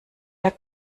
der